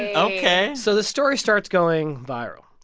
ok so the story starts going viral.